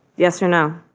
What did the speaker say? yes or no.